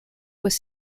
was